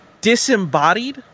disembodied